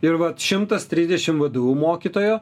ir vat šimtas trisdešimt vdu mokytojo